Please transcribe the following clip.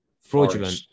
fraudulent